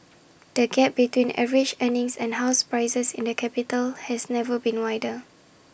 the gap between average earnings and house prices in the capital has never been wider